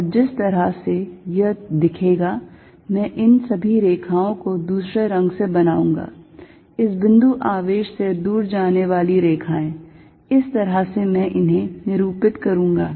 और जिस तरह से यह दिखेगा मैं इन सभी रेखाओं को दूसरे रंग से बनाऊंगा इस बिंदु आवेश से दूर जाने वाली यह रेखाएं इस तरह से मैं इन्हें निरूपित करूंगा